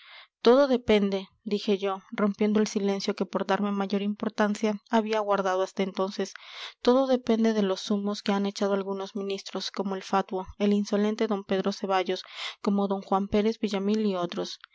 todo depende dije yo rompiendo el silencio que por darme mayor importancia había guardado hasta entonces todo depende de los humos que han echado algunos ministros como el fatuo el insolente d pedro ceballos como d juan pérez villamil y otros